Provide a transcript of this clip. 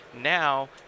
now